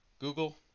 Google